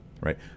right